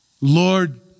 Lord